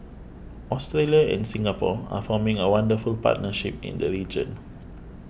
Australia and Singapore are forming a wonderful partnership in the region